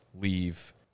leave